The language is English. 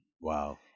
Wow